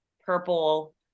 purple